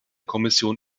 kommission